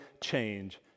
change